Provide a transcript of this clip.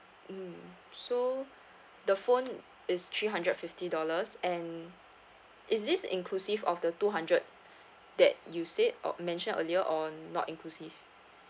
mm so the phone is three hundred fifty dollars and is this inclusive of the two hundred that you said o~ mentioned earlier or not inclusive